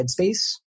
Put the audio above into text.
Headspace